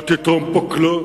לא תתרום פה כלום.